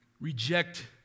Reject